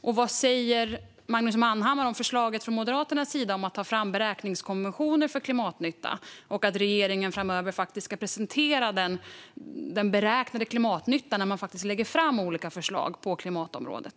Och vad säger Magnus Manhammar om förslaget från Moderaternas sida om att ta fram beräkningskonventioner för klimatnytta och om att regeringen framöver ska presentera den beräknade klimatnyttan när man lägger fram olika förslag på klimatområdet?